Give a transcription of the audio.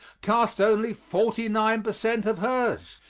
cast only forty-nine per cent of hers.